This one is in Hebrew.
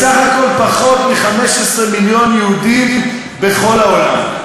בסך הכול פחות מ-15 מיליון יהודים בכל העולם.